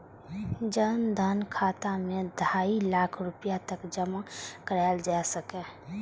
जन धन खाता मे ढाइ लाख रुपैया तक जमा कराएल जा सकैए